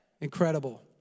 Incredible